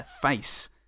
face